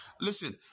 Listen